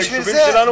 ביישובים שלנו.